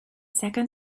second